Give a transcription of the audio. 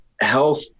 health